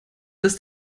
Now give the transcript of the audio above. dass